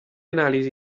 analisi